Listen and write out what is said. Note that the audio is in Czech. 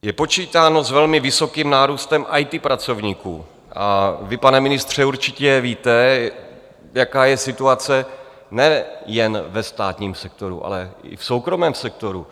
Je počítáno s velmi vysokým nárůstem IT pracovníků a vy, pane ministře, určitě víte, jaká je situace ne jen ve státním sektoru, ale i v soukromém sektoru.